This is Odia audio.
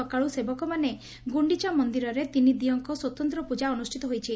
ସକାଳୁ ସେବକମାନେ ଗୁଖିଚା ମନ୍ଦିରରେ ତିନି ଦିଅଁଙ୍ଙ ସ୍ୱତନ୍ତ ପୂଜା ଅନୁଷିତ ହୋଇଛି